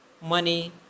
money